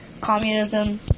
Communism